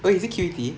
oh is it Q_E_T